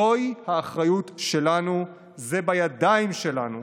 זוהי האחריות שלנו, זה בידיים שלנו.